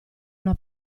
una